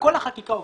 וכל החקיקה עוברת,